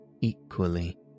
equally